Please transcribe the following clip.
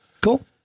cool